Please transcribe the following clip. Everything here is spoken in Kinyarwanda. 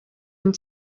and